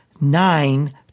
nine